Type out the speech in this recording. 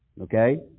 Okay